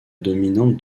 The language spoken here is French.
dominante